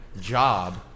job